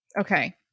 Okay